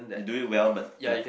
you do it well but like